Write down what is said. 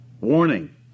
Warning